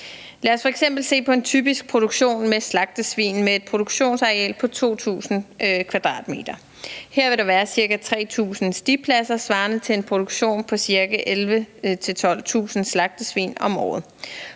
Lad os f.eks. se på en typisk produktion med slagtesvin med et produktionsareal på 2.000 m². Her vil der være ca. 3.000 stipladser svarende til en produktion på cirka 11-12.000 slagtesvin om året.